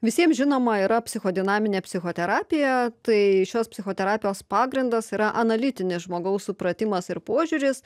visiem žinoma yra psichodinaminė psichoterapija tai šios psichoterapijos pagrindas yra analitinis žmogaus supratimas ir požiūris